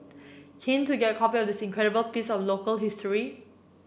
keen to get a copy of this incredible piece of local history